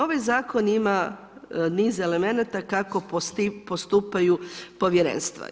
Ovaj Zakon ima niz elemenata kako postupaju povjerenstva.